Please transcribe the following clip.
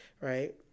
right